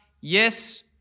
yes